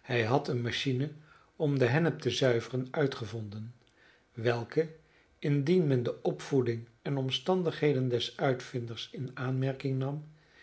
hij had eene machine om den hennep te zuiveren uitgevonden welke indien men de opvoeding en omstandigheden des uitvinders in aanmerking nam